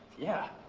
yeah.